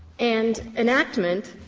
and enactment,